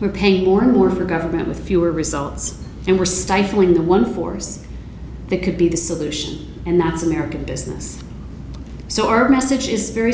we're paying more and more for government with fewer results and we're stifling the one force that could be the solution and that's american business so our message is very